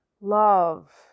love